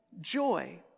joy